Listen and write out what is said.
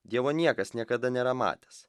dievo niekas niekada nėra matęs